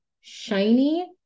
shiny